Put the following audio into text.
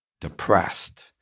Depressed